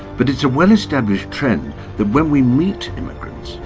but it's a well-established trend that when we meet immigrants,